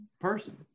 person